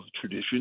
tradition